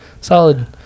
solid